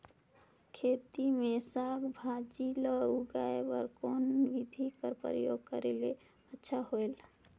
खेती मे साक भाजी ल उगाय बर कोन बिधी कर प्रयोग करले अच्छा होयल?